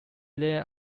there